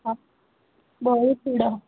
ହଁ ବହୁତ ସୁନ୍ଦର